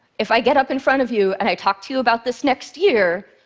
if i get up in front of you and i talk to you about this next year,